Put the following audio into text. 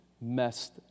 messed